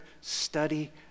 study